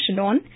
on